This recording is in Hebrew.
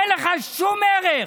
אין לך שום ערך.